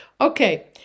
Okay